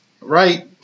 right